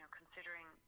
considering